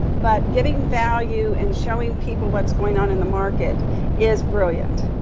but getting value and showing people what's going on in the market is brilliant.